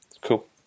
Cool